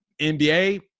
NBA